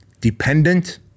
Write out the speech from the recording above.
dependent